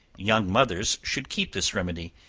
young mothers should keep this ready,